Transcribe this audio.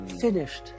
Finished